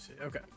Okay